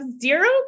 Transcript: zero